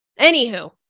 Anywho